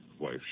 Wife